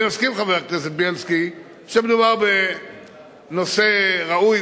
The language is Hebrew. אני מסכים עם חבר הכנסת בילסקי שמדובר בנושא ראוי.